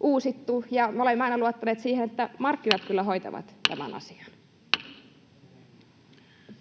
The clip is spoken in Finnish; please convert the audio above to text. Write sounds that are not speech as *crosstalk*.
uusittu, ja me olemme aina luottaneet siihen, *noise* että markkinat kyllä hoitavat tämän asian.